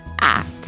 act